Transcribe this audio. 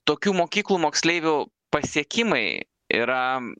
tokių mokyklų moksleivių pasiekimai yra